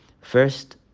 First